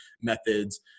methods